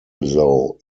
though